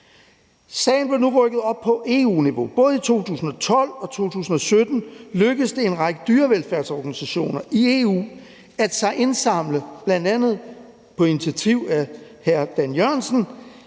Sagen blev nu rykket op på EU-niveau. Både i 2012 og 2017 lykkedes det en række dyrevelfærdsorganisationer i EU, bl.a. på initiativ af hr. Dan Jørgensen,